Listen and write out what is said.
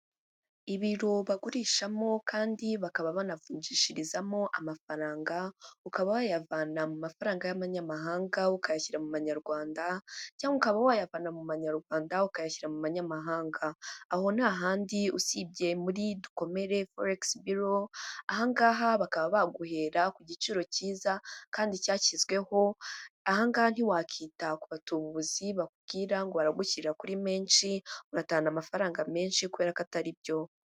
Ibiro bagurishamo kandi bakaba banavunjishirizamo amafaranga, ukaba wayavana mu mafaranga y'amanyamahanga ukayashyira mu Manyarwanda cyangwa ukaba wayavana mu Manyarwanda ukayashyira mu manyamahanga. Aho nta handi usibye muri DUKOMERE FOREX BUREAU. Aha ngaha bakaba baguhera ku giciro cyiza kandi cyashyizweho, aha ngaha ntiwakwita ku batubuzi bakubwira ngo baragushyira kuri menshi ugatanga amafaranga menshi kubera ko atari byo.